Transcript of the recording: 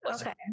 Okay